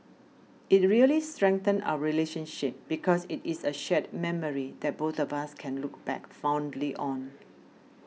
it really strengthened our relationship because it is a shared memory that both of us can look back fondly on